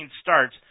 starts